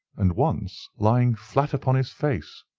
and once lying flat upon his face.